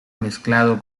mezclado